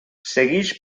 seguix